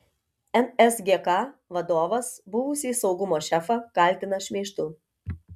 nsgk vadovas buvusį saugumo šefą kaltina šmeižtu